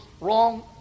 wrong